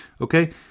Okay